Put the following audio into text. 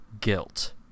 guilt